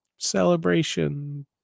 celebration